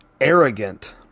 arrogant